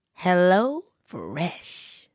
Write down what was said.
HelloFresh